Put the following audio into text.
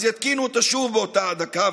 אז יתקינו אותה שוב באותה דקה,